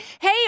hey